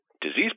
disease